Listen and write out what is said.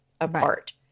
apart